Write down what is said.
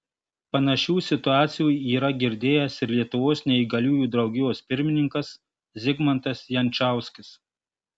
panašių situacijų yra girdėjęs ir lietuvos neįgaliųjų draugijos pirmininkas zigmantas jančauskis